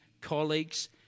colleagues